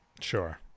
Sure